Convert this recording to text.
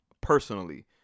personally